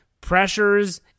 Pressures